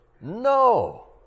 No